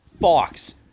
Fox